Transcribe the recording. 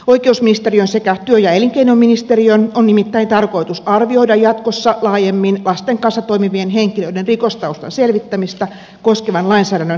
oikeusministeriön sekä työ ja elinkeinoministeriön on nimittäin tarkoitus arvioida jatkossa laajemmin lasten kanssa toimivien henkilöiden rikostaustan selvittämistä koskevan lainsäädännön kehittämistarpeita